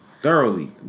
Thoroughly